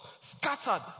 scattered